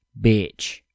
bitch